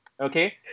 Okay